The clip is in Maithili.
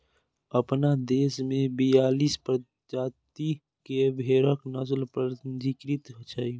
अपना देश मे बियालीस प्रजाति के भेड़क नस्ल पंजीकृत छै